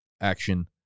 action